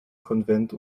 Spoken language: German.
konvent